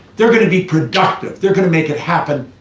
they're going to be productive they're going to make it happen,